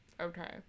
Okay